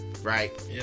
Right